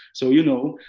so you know,